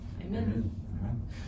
Amen